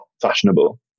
fashionable